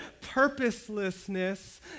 purposelessness